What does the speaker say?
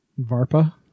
Varpa